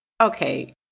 Okay